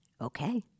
Okay